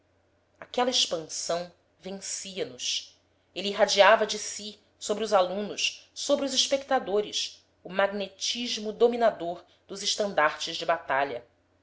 aquela expansão vencia nos ele irradiava de si sobre os alunos sobre os espectadores o magnetismo dominador dos estandartes de batalha